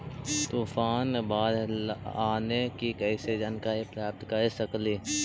तूफान, बाढ़ आने की कैसे जानकारी प्राप्त कर सकेली?